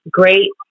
great